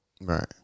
Right